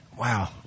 Wow